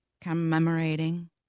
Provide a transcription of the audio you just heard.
commemorating